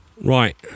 Right